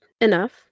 enough